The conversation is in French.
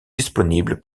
disponibles